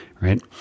right